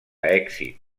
èxit